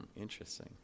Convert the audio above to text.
interesting